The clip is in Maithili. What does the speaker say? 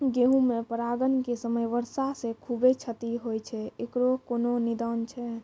गेहूँ मे परागण के समय वर्षा से खुबे क्षति होय छैय इकरो कोनो निदान छै?